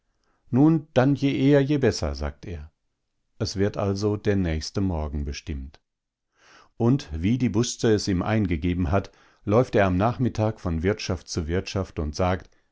nun dann je eher je besser sagt er es wird also der nächste morgen bestimmt und wie die busze es ihm eingegeben hat läuft er am nachmittag von wirtschaft zu wirtschaft und sagt